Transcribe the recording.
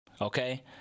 okay